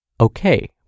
Okay